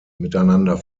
miteinander